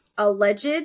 alleged